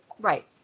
Right